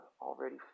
already